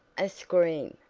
a scream!